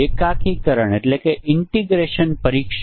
તેથી આપણે 103 ધ્યાનમાં લેવા પડશે